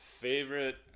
favorite